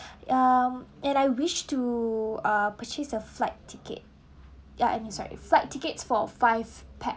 um and I wish to uh purchase the flight ticket ya I mean sorry flight tickets for five pax